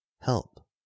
help